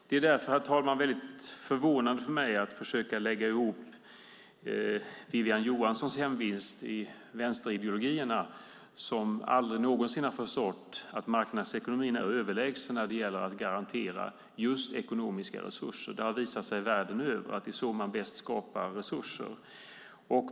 Därför känns detta, herr talman, förvånande när jag ska försöka lägga ihop Wiwi-Anne Johanssons hemvist i vänsterideologierna som aldrig någonsin har förstått att marknadsekonomin är överlägsen när det gäller att garantera just ekonomiska resurser. Det har visat sig världen över att det är så man bäst skapar resurser.